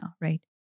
right